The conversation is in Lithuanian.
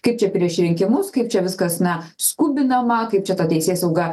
kaip čia prieš rinkimus kaip čia viskas na skubinama kaip čia ta teisėsauga